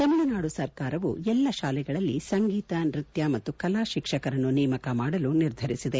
ತಮಿಳುನಾಡು ಸರ್ಕಾರವು ಎಲ್ಲಾ ಶಾಲೆಗಳಲ್ಲಿ ಸಂಗೀತ ನೃತ್ಯ ಮತ್ತು ಕಲಾ ಶಿಕ್ಷಕರನ್ನು ನೇಮಕ ಮಾಡಲು ನಿರ್ಧರಿಸಿದೆ